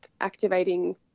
activating